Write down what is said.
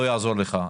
לא יעזור לך,